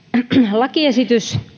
lakiesitys